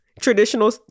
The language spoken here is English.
traditional